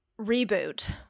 reboot